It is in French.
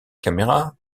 caméra